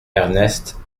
ernest